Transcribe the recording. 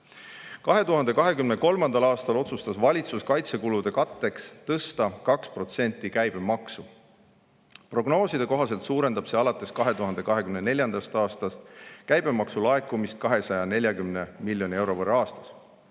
vaja.2023. aastal otsustas valitsus kaitsekulude katteks tõsta 2% käibemaksu. Prognooside kohaselt suurendab see alates 2024. aastast käibemaksu laekumist 240 miljoni euro võrra aastas.